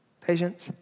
patience